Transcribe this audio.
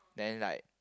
then like